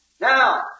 Now